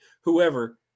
whoever